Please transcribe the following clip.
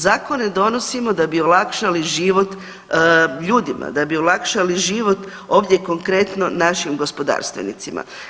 Zakone donosimo da bi olakšali život ljudima, da bi olakšali život ovdje konkretno našim gospodarstvenicima.